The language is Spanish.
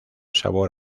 sabor